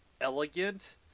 elegant